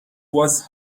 was